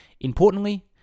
Importantly